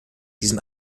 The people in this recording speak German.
diesem